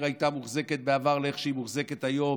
הייתה מוחזקת בעבר לאיך שהיא מוחזקת היום,